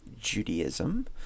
Judaism